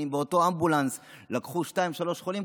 אם באותו האמבולנס לקחו שניים-שלושה חולים,